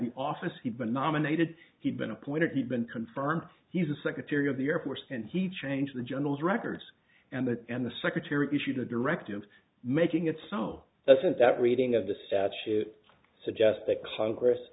nominated he'd been appointed he'd been confirmed he's a secretary of the air force and he changed the general's records and that and the secretary issued a directive making it so doesn't that reading of the statue suggest that congress